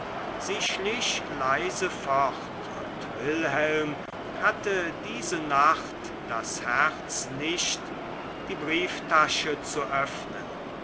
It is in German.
sie schlich leise fort und wilhelm hatte diese nacht das herz nicht die brieftasche zu öffnen